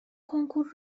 کنکور